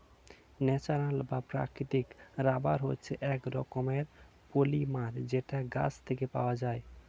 natural বা প্রাকৃতিক rubber হচ্ছে এক রকমের পলিমার যেটা গাছ থেকে পাওয়া যায়